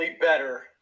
better